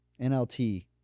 NLT